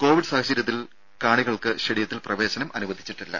Covid സാഹചര്യത്തിൽ കാണികൾക്ക് സ്റ്റേഡിയത്തിൽ പ്രവേശനം അനുവദിച്ചിട്ടില്ല